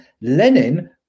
Lenin